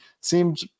seemed